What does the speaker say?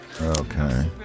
Okay